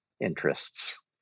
interests